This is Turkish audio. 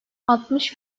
altmış